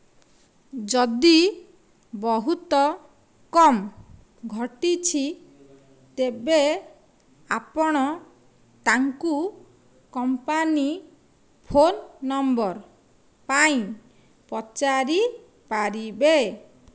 ଯଦି ବହୁତ କମ ଘଟିଛି ତେବେ ଆପଣ ତାଙ୍କୁ କମ୍ପାନୀ ଫୋନ ନମ୍ବର ପାଇଁ ପଚାରି ପାରିବେ